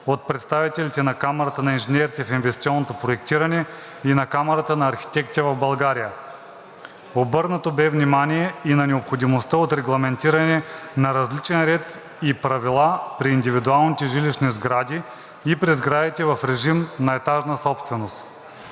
от представителите на Камарата на инженерите в инвестиционното проектиране, и на Камарата на архитектите в България. Обърнато бе внимание и на необходимостта от регламентиране на различен ред и правила при индивидуалните жилищни сгради и при сградите в режим на етажна собственост.